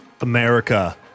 America